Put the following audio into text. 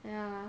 ya